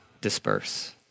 disperse